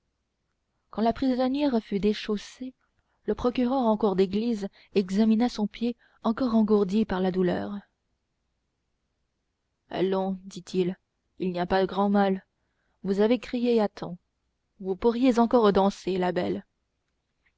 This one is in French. quand la prisonnière fut déchaussée le procureur en cour d'église examina son pied encore engourdi par la douleur allons dit-il il n'y a pas grand mal vous avez crié à temps vous pourriez encore danser la belle